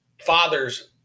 fathers